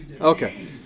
Okay